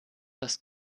das